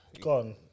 gone